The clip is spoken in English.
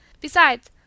Besides—